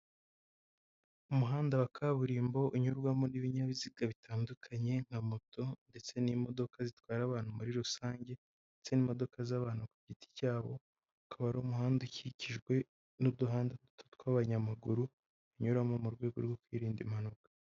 Umuhanda wa kaburimbo unyurwamo n'ibinyabiziga bitandukanye nka moto ndetse n'imodoka zitwara abantu muri rusange ndetse n'imodoka z'abantu ku giti cyabo, ukaba ari umuhanda ukikijwe n'uduhanda duto tw'abanyamaguru banyuramo mu rwego rwo kwirinda impanuka.